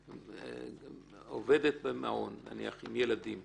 עובד במעון עם ילדים